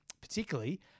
particularly